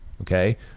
Okay